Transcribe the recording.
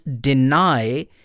deny